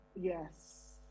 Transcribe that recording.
Yes